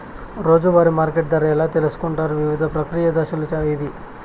రోజూ వారి మార్కెట్ ధర ఎలా తెలుసుకొంటారు వివిధ ప్రక్రియలు దశలు ఏవి?